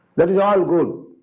that is all good,